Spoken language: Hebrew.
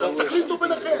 אז תחליטו ביניכם,